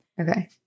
Okay